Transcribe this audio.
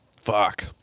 Fuck